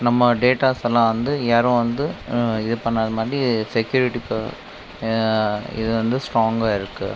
நம்ம டேட்டாஸெல்லாம் வந்து யாரும் வந்து இது பண்ணாத மாதிரி செக்யூரிட்டி ப இது வந்து ஸ்டாங்காக இருக்குது